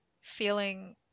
feeling